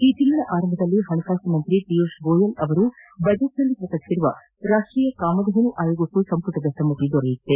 ಈ ತಿಂಗಳ ಆರಂಭದಲ್ಲಿ ಹಣಕಾಸು ಸಚಿವ ಪೀಯೂಷ್ ಗೋಯಲ್ ಅವರು ಬಜೆಟ್ ನಲ್ಲಿ ಪ್ರಕಟಿಸಿರುವ ರಾಷ್ಟೀಯ ಕಾಮಧೇನು ಆಯೋಗಕ್ಕೂ ಸಂಪುಟದ ಸಮ್ಮತಿ ದೊರೆತಿದೆ